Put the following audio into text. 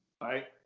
right